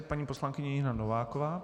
Paní poslankyně Nina Nováková.